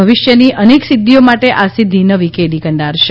ભવિષ્યની અનેક સિદ્ધિઓ માટે આ સિદ્ધિ નવી કેડી કંડારશે